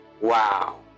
wow